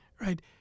right